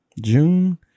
June